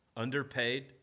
underpaid